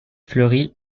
fleurit